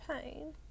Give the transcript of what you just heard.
pain